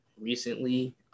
recently